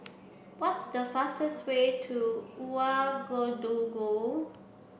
what's the fastest way to Ouagadougou